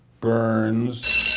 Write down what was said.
Burns